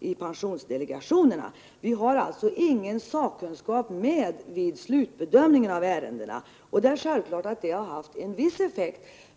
i pensionsdelegationerna. Vi har alltså ingen sakkunskap med vid slutbedömningen av ärendena. Det är självklart att det har haft en viss effekt.